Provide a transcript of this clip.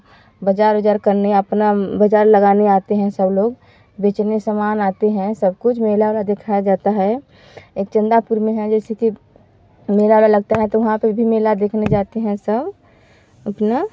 बाज़ार उजार करने अपना बाज़ार लगाते हैं आते हैं सब लोग बेचने समान आते हैं सब कुछ मेला में दिखाया जाता है एक चंदापुर में है जैसे कि मेला उला लगता है तो वहाँ पर भी मेला देखने जाते हैं सब अपना